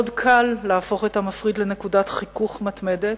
מאוד קל להפוך את המפריד לנקודת חיכוך מתמדת,